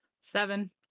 Seven